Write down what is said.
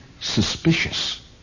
suspicious